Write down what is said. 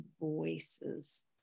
voices